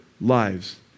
lives